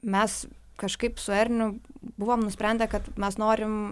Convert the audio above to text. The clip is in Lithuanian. mes kažkaip su erniu buvom nusprendę kad mes norim